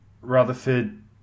Rutherford